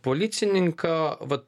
policininką va